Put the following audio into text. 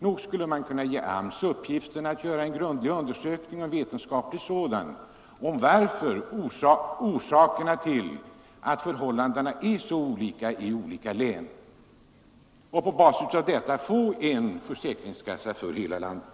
Nog skulle man kunna ge AMS uppgiften att göra en grundlig, vetenskaplig undersökning av orsakerna till att förhållandena är så olika i olika län och på basis av denna få en försäkringskassa för hela landet.